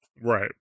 Right